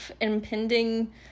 impending